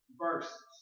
verses